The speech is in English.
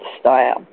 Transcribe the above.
style